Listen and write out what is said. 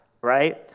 right